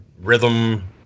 rhythm